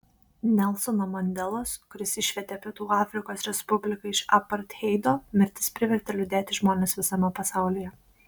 nelsono mandelos kuris išvedė pietų afriko respubliką iš apartheido mirtis privertė liūdėti žmones visame pasaulyje